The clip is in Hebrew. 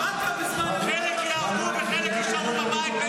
חבר הכנסת דוידסון, חלק ייהרגו וחלק יישארו בבית?